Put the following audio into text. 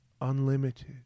unlimited